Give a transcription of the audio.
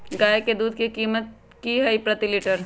गाय के दूध के कीमत की हई प्रति लिटर?